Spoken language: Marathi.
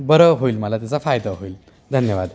बरं होईल मला त्याचा फायदा होईल धन्यवाद